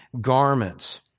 garments